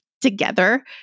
together